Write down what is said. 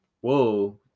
Whoa